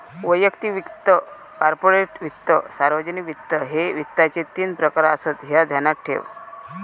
वैयक्तिक वित्त, कॉर्पोरेट वित्त, सार्वजनिक वित्त, ह्ये वित्ताचे तीन प्रकार आसत, ह्या ध्यानात ठेव